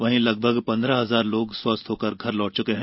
वहीं लगभग पन्द्रह हजार लोग स्वस्थ होकर घर लौट चुके हैं